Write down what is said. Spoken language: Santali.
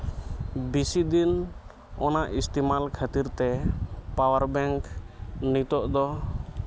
ᱵᱮᱥᱤ ᱫᱤᱱ ᱚᱱᱟ ᱤᱥᱛᱮᱢᱟᱞ ᱠᱷᱟᱹᱛᱤᱨᱛᱮ ᱯᱟᱣᱟᱨ ᱵᱮᱝᱠ ᱱᱤᱛᱚᱜ ᱫᱚ